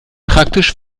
praktisch